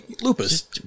Lupus